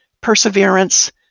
perseverance